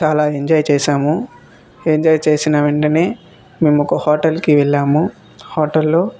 చాలా ఎంజాయ్ చేసాము ఎంజాయ్ చేసిన వెంటనే మేము ఒక హోటల్కి వెళ్ళాము హోటల్లో